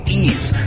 ease